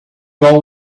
all